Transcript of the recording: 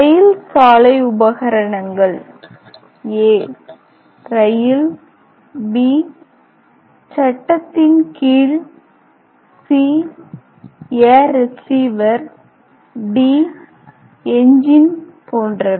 ரயில் சாலை உபகரணங்கள் ரயில் சட்டத்தின் கீழ் ஏர் ரிசீவர் d எஞ்சின் போன்றவை